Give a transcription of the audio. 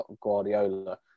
Guardiola